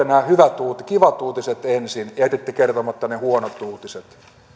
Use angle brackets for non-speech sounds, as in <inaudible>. <unintelligible> nämä hyvät kivat uutiset ensin ja jätitte kertomatta ne huonot uutiset ja